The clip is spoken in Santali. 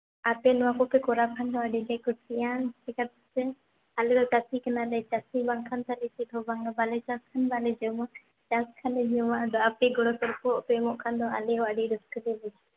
ᱟᱯᱮ ᱱᱚᱣᱟ ᱠᱚᱯᱮ ᱠᱚᱨᱟᱣ ᱠᱷᱟᱱ ᱫᱚ ᱟᱹᱰᱤᱯᱮ ᱠᱩᱥᱤᱜᱼᱟ ᱪᱮᱫᱟᱜ ᱥᱮ ᱟᱞᱮᱫᱚ ᱪᱟᱹᱥᱤ ᱠᱟᱱᱟᱞᱮ ᱪᱟᱹᱥᱤ ᱵᱟᱝᱠᱷᱟᱱ ᱵᱟᱞᱮ ᱪᱟᱥ ᱠᱷᱟᱱ ᱵᱟᱞᱮ ᱡᱚᱢᱟ ᱪᱟᱥ ᱠᱷᱟᱱ ᱞᱮ ᱡᱚᱟ ᱟᱫᱚ ᱟᱯᱮ ᱜᱚᱲᱚ ᱥᱚᱯᱚᱦᱚᱫ ᱯᱮ ᱮᱢᱚᱜ ᱠᱷᱟᱱ ᱫᱚ ᱟᱞᱮᱦᱚᱸ ᱟᱹᱰᱤ ᱨᱟᱹᱥᱠᱟᱹᱞᱮ ᱵᱩᱡᱟ